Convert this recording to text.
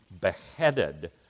beheaded